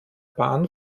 bahn